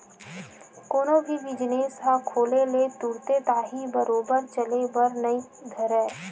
कोनो भी बिजनेस ह खोले ले तुरते ताही बरोबर चले बर नइ धरय